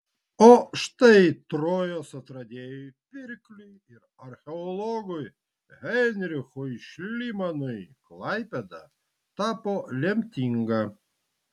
o štai trojos atradėjui pirkliui ir archeologui heinrichui šlymanui klaipėda tapo lemtinga